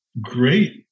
great